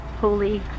Holy